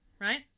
Right